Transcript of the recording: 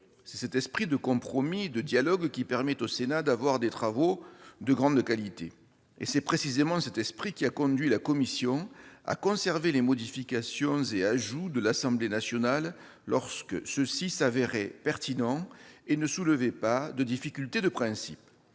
C'est cet esprit de compromis et de dialogue qui permet au Sénat d'avoir des travaux de grande qualité ! C'est précisément cet esprit qui a conduit la commission à conserver les modifications et ajouts de l'Assemblée nationale lorsque ceux-ci s'avéraient pertinents et ne soulevaient pas de difficulté de principe.